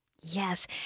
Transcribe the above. Yes